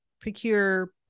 procure